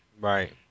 Right